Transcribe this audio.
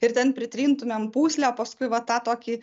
ir ten pritrintumėm pūslę o paskui va tą tokį